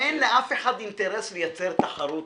--- אין לאף אחד אינטרס לייצר תחרות